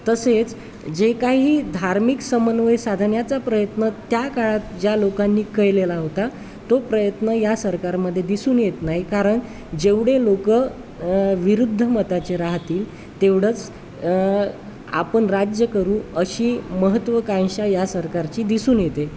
तसेच जे काही धार्मिक समन्वय साधण्याचा प्रयत्न त्या काळात ज्या लोकांनी केलेला होता तो प्रयत्न या सरकारमध्ये दिसून येत नाही कारण जेवढे लोक विरुद्ध मताचे राहतील तेवढंच आपण राज्य करू अशी महत्त्वाकांक्षा या सरकारची दिसून येते